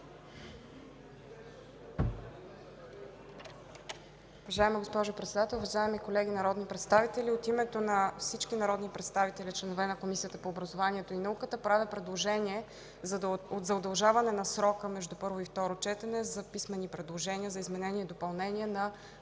Уважаема госпожо Председател, уважаеми колеги народни представители, от името на всички народни представители, членове на Комисията по образованието и науката, правя предложение за удължаване на срока за писмени предложения между първо и второ четене за изменение и допълнение на